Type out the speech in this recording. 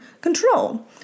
control